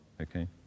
Okay